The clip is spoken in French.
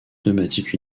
pneumatique